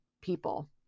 people